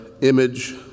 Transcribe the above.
image